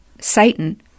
Satan